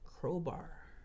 Crowbar